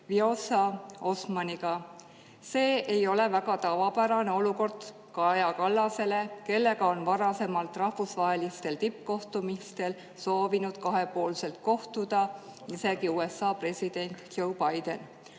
Vjosa Osmaniga. See ei ole väga tavapärane olukord Kaja Kallasele, kellega on varasemalt rahvusvahelistel tippkohtumistel soovinud kahepoolselt kohtuda isegi USA president Joe Biden.